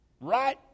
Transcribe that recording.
right